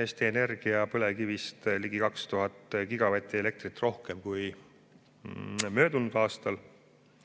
Eesti Energia põlevkivist ligi 2000 gigavatti elektrit rohkem kui möödunud aastal.